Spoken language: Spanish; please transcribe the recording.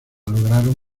lograron